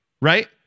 right